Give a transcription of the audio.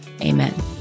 Amen